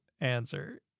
answer